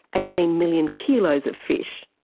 eighteen million kilos of fish.